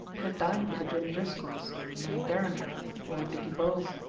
she had dined with the jim driscolls or may beringer or dicky bowles,